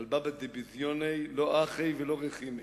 על בבא דבזיוני לא אחי ולא רחימי,